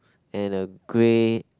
and a grey